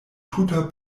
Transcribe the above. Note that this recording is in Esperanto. tuta